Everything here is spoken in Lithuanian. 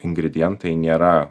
ingredientai nėra